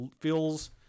feels